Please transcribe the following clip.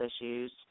issues